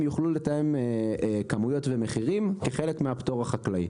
יוכלו לתאם כמויות ומחירים כחלק מהפטור החקלאי.